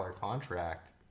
contract